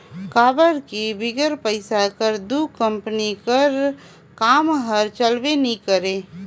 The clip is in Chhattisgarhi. काबर कि बिगर पइसा कर दो कंपनी कर काम हर चलबे नी करे